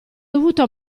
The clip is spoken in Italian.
dovuto